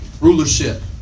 Rulership